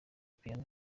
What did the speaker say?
piano